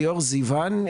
ליאור זיוון,